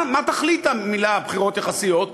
מה תכלית המילים "בחירות יחסיות"?